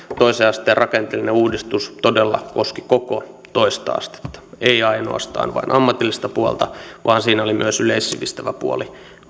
toisen asteen rakenteellinen uudistus todella koski koko toista astetta ei ainoastaan vain ammatillista puolta vaan siinä oli myös yleissivistävä puoli